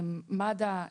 מד"א,